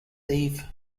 eve